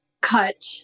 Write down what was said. cut